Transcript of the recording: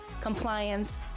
compliance